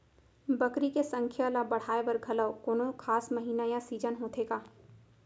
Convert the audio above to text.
बकरी के संख्या ला बढ़ाए बर घलव कोनो खास महीना या सीजन होथे का?